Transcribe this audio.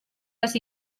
les